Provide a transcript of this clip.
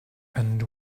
and